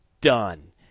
done